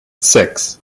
six